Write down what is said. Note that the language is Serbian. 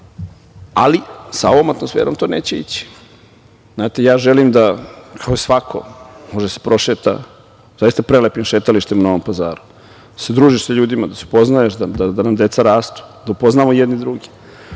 Ali, sa ovom atmosferom to neće ići. Znate, ja želim da svako može da se prošeta prelepim šetalištem u Novom Pazaru, da se družiš sa ljudima, da se upoznaješ, da nam deca rastu, da upoznamo jedni druge.